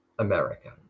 American